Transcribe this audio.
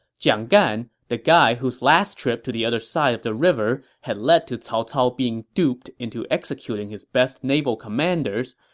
jiang gan, the guy whose last trip to the other side of the river had led to cao cao being duped into executing his best naval commanders,